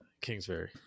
Kingsbury